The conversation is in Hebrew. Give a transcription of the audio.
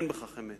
אין בכך אמת,